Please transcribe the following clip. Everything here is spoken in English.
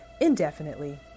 indefinitely